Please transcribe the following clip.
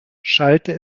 schallte